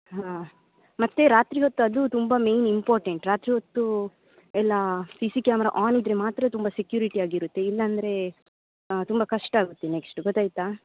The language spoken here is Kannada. ಹಾಂ ಮತ್ತು ರಾತ್ರಿ ಹೊತ್ತು ಅದು ತುಂಬ ಮೈನ್ ಇಂಪಾರ್ಟೆಂಟ್ ರಾತ್ರಿ ಹೊತ್ತು ಎಲ್ಲ ಸಿ ಸಿ ಕ್ಯಾಮರಾ ಆನ್ ಇದ್ದರೆ ಮಾತ್ರ ತುಂಬ ಸೆಕ್ಯುರಿಟಿ ಆಗಿರುತ್ತೆ ಇಲ್ಲ ಅಂದರೆ ತುಂಬ ಕಷ್ಟ ಆಗುತ್ತೆ ನೆಕ್ಶ್ಟು ಗೊತ್ತಾಯಿತಾ